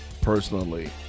Personally